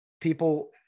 People